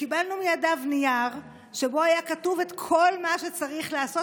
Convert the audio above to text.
קיבלנו מידיו נייר שבו היה כתוב את כל מה שצריך לעשות.